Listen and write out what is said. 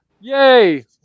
yay